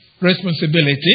responsibility